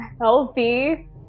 healthy